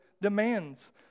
demands